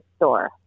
store